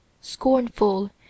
scornful